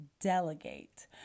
delegate